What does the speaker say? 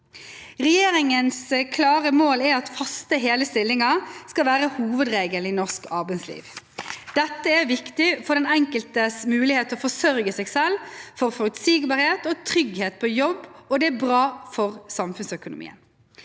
Regjeringens klare mål er at faste, hele stillinger skal være hovedregelen i norsk arbeidsliv. Dette er viktig for den enkeltes mulighet til å forsørge seg selv, for forutsigbarhet og trygghet på jobb, og det er bra samfunnsøkonomien.